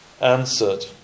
answered